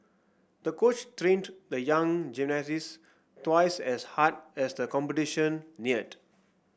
the coach trained the young gymnast twice as hard as the competition neared